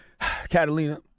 Catalina